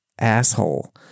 asshole